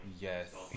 Yes